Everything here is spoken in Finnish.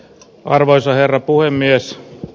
arvoisa herra puhemies